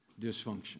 dysfunction